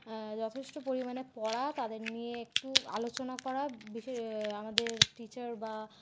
যথেষ্ট পরিমানে পড়া তাদের নিয়ে একটু আলোচনা করা আমাদের টিচার বা